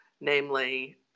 namely